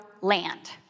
land